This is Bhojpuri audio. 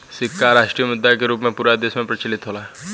सिक्का राष्ट्रीय मुद्रा के रूप में पूरा देश में प्रचलित होला